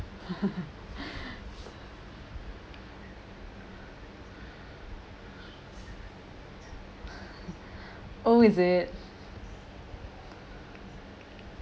oh is it